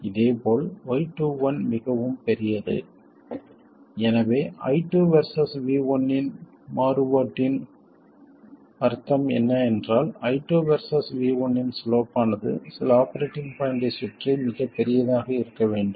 இதேபோல் y21 மிகவும் பெரியது எனவே I2 வெர்சஸ் V1 இன் மாறுபாட்டின் அர்த்தம் என்ன என்றால் I2 வெர்சஸ் V1 இன் சிலோப் ஆனது சில ஆபரேட்டிங் பாய்ண்ட்டைச் சுற்றி மிகப் பெரியதாக இருக்க வேண்டும்